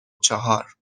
چهار